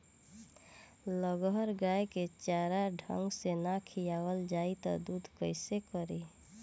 लगहर गाय के चारा ढंग से ना खियावल जाई त दूध कईसे करी